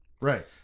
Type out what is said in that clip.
Right